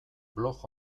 blog